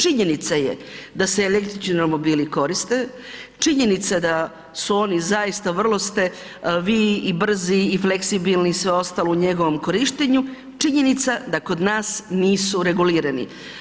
Činjenica je da se električni romobili koriste, činjenica da su oni zaista, vrlo ste vi i brzi i fleksibilni i sve ostalo u njegovom korištenju, činjenica da kod nas nisu regulirani.